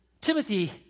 Timothy